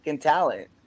talent